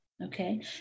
Okay